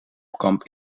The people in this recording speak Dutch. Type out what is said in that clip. kamp